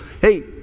Hey